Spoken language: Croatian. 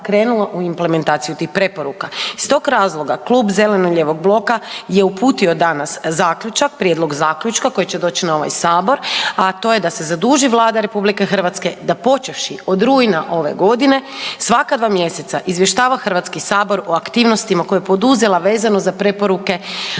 bloka je uputio danas zaključak, prijedlog zaključka koji će doći na ovaj Sabor, a to je da se zaduži Vlada RH da počevši od rujna ove godine svaka dva mjeseca izvještava HS o aktivnostima koje je poduzela vezano za preporuke pučke